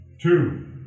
two